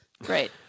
great